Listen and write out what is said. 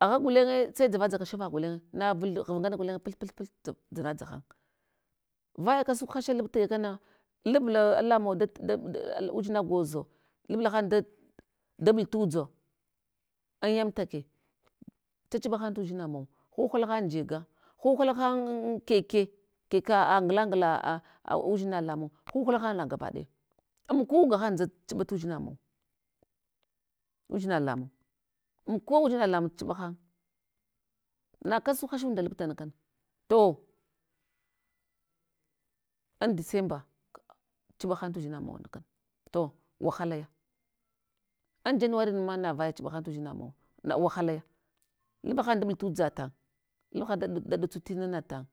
agha gulenye sai dzava dzaka shanfagh gulenye, navulghv ngana gulenye puth puth puth dzanadza han, vaya kasuk hasha laptaya kana labla alamawa da da udzina gwozo, labla han da daɓul tudza an yamtake chachiɓa han tudzinamau huhla han jega, huhla han an keke, keka a ngla ngla a udzina lamung, huhla han na gabaɗaya, amkuwa gahan dza chuɓa tu dzina mawa, udzina lamung, umkuwa udzina lamung chuɓa han, na kasuk hashunda laptana kana, to an december, ka chibahan tudzina mawana kana, to wahalaya, an january nanma navaya chuɓahan tudzinamau na wahalaya lublahan da ɓul tudzatan, labla ha da bul da ɗatsu tina na tan.